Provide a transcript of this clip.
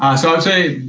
um so, i'd say,